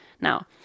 now